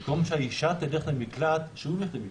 במקום שהאישה תלך למקלט, שהוא ילך למקלט.